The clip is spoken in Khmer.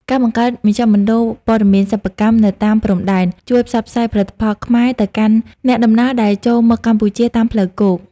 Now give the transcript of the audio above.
ការបង្កើតមជ្ឈមណ្ឌលព័ត៌មានសិប្បកម្មនៅតាមព្រំដែន ជួយផ្សព្វផ្សាយផលិតផលខ្មែរទៅកាន់អ្នកដំណើរដែលចូលមកកម្ពុជាតាមផ្លូវគោក។